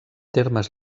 termes